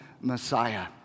Messiah